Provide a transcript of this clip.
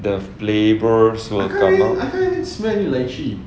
the flavour will come out